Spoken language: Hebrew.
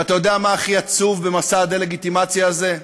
ואתה יודע מה הכי עצוב במסע הדה-לגיטימציה הזה?